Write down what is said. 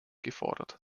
gefordert